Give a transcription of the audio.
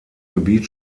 gebiet